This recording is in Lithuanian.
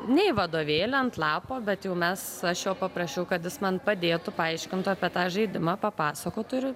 ne į vadovėlį ant lapo bet jau mes aš jo paprašiau kad jis man padėtų paaiškintų apie tą žaidimą papasakotų ir